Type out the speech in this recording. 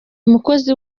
mukozi